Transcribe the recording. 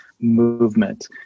movement